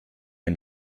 ein